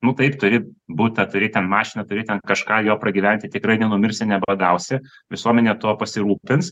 nu taip turi butą turi ten mašiną turi ten kažką jo pragyventi tikrai nenumirsi neubagausi visuomenė tuo pasirūpins